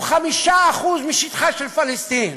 הוא 5% משטחה של פלסטין.